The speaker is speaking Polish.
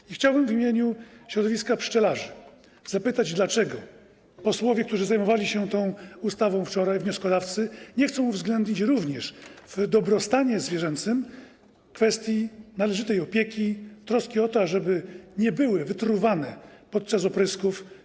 I chciałbym w imieniu środowiska pszczelarzy zapytać, dlaczego posłowie, którzy zajmowali się tą ustawą wczoraj, wnioskodawcy, nie chcą uwzględnić również w dobrostanie zwierzęcym kwestii należytej opieki, troski o to, ażeby te pożyteczne owady nie były wytruwane podczas oprysków.